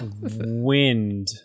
wind